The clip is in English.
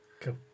Cool